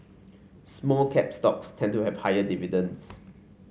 small cap stocks tend to have higher dividends